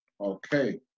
Okay